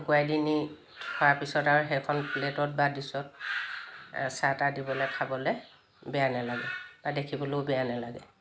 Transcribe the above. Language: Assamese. শুকোৱাই দি নি থোৱাৰ পিছত আৰু সেইখন প্লে'টত বা ডিশ্বত চাহ তাহ দিবলৈ খাবলৈ বেয়া নালাগে বা দেখিবলৈয়ো বেয়া নালাগে